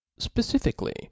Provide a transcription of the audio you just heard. Specifically